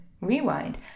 Rewind